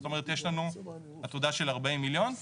זאת אומרת יש לנו עתודה של 40 מיליון.